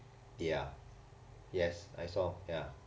ya yes I saw ya